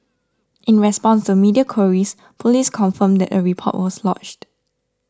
in response to media queries police confirmed that a report was lodged